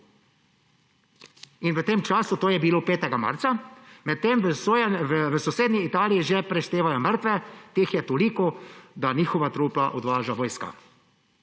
In v tem času, to je bilo 5. marca, medtem v sosednji Italiji že preštevajo mrtve. Teh je toliko, da njihova trupla odvaža vojska.